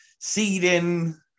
seeding